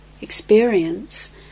experience